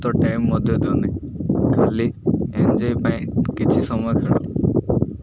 ତ ଟାଇମ ମଧ୍ୟ ଦେଉନାହିଁ ଖାଲି ଏଞ୍ଜୟ ପାଇଁ କିଛି ସମୟ